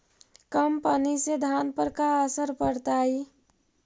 कम पनी से धान पर का असर पड़तायी?